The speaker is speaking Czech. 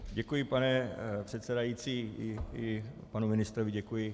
Děkuji, pane předsedající, i panu ministrovi děkuji.